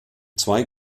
zwei